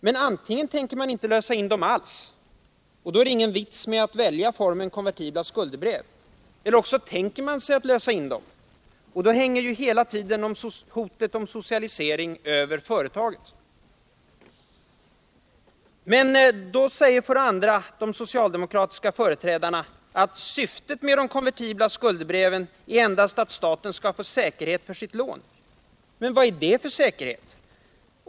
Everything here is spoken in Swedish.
Men antingen tänker man inte lösa in dem alls — och då är det ingen vits med att välja formen konvertibla skuldebrev — eller också tänker man sig att lösa in dem, och då hänger ju hela tiden hotet om socialisering över företaget. För det andra säger de socialdemokratiska företrädarna att syftet med de konvertibla skuldebreven endast är att staten skall få säkerhet för sitt lån. Men vad är det för säkerhet?